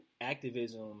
activism